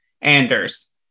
Anders